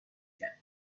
کرد